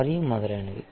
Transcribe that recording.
మరియు మొదలైనవి